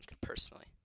personally